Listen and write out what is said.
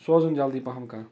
سوزُن جلدی پہم کانہہ